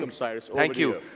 um cyrus ah thank you.